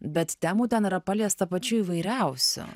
bet temų ten yra paliesta pačių įvairiausių